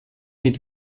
mit